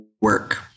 work